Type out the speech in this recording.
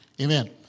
Amen